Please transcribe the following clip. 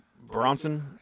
Bronson